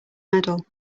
medal